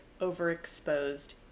overexposed